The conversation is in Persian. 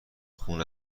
خون